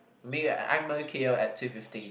meet you at Ang-Mo-Kio at two fifteen